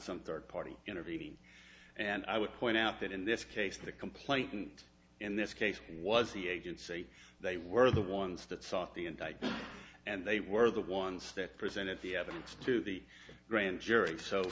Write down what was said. some third party intervening and i would point out that in this case the complainant in this case was the agency they were the ones that sought the indictment and they were the ones that presented the evidence to the grand jury so